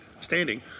standing